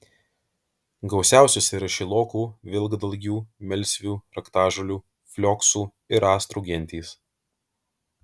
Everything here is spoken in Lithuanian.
gausiausios yra šilokų vilkdalgių melsvių raktažolių flioksų ir astrų gentys